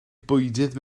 bwydydd